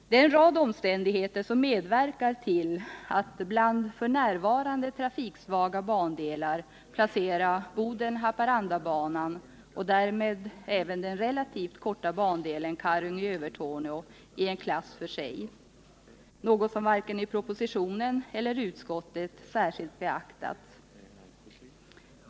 Det är en rad omständigheter som medverkar till att bland f.n. trafiksvaga bandelar placera Boden-Haparanda-banan — och därmed även den relativt korta bandelen Karungi-Övertorneå — i en klass för sig. — Något som varken i propositionen eller utskottets betänkande beaktats.